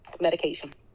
medication